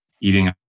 eating